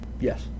Yes